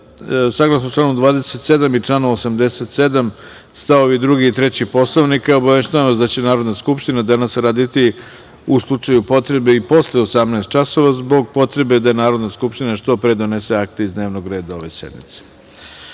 članu 27. i članu 87. stavovi 2. i 3. Poslovnika, obaveštavam vas da će Narodna skupština danas raditi u slučaju potrebe posle 18.00 časova zbog potrebe da Narodna skupština što pre donese akte iz dnevnog reda ove sednice. Sada